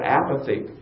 apathy